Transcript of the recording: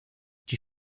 die